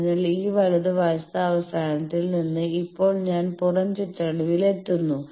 അതിനാൽ ഈ വലതുവശത്ത് അവസാനത്തിൽ നിന്ന് ഇപ്പോൾ ഞാൻ പുറം ചുറ്റളവിൽ എത്തുന്നു